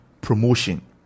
promotion